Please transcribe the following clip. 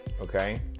okay